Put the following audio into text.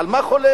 על מה חולם?